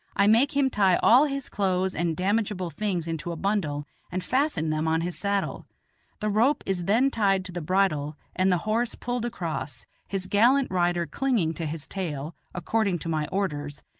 i make him tie all his clothes and damageable things into a bundle and fasten them on his saddle the rope is then tied to the bridle and the horse pulled across, his gallant rider clinging to his tail, according to my orders,